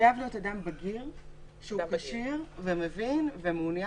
חייב להיות אדם בגיר, שהוא כשיר והוא מעוניין.